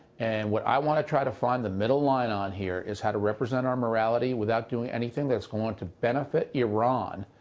and what i want to try to find the middle line on here is how to represent our morality without doing anything that's going to benefit iran,